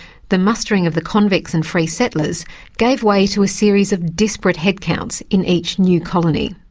the mustering of the convicts and free settlers gave way to a series of disparate headcounts in each new colony.